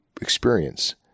experience